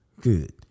Good